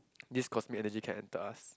this cosmic energy can enter us